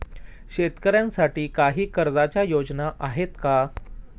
शेतकऱ्यांसाठी काही कर्जाच्या योजना आहेत का?